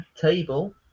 table